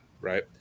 right